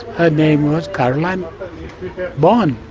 her name was caroline bon,